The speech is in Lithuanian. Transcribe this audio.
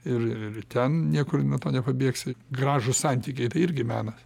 ir ir ten niekur nuo to nepabėgsi gražūs santykiai tai irgi menas